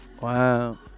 Wow